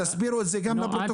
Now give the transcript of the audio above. תסבירו את זה גם לפרוטוקול.